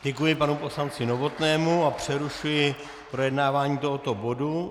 Děkuji panu poslanci Novotnému a přerušuji projednávání tohoto bodu.